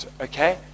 okay